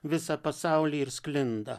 visą pasaulį ir sklinda